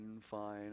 Fine